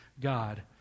God